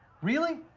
really?